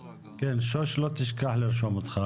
שוש לא תשכח לרשום אותך.